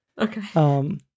Okay